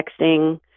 texting